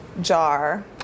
jar